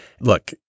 Look